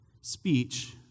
speech